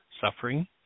suffering